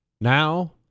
Now